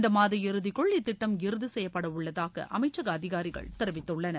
இந்த மாத இறுதிக்குள் இத்திட்டம் இறுதி செய்யப்படவுள்ளதாக அமைச்சக அதிகாரிகள் தெரிவித்துள்ளனர்